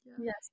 Yes